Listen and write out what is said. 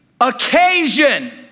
occasion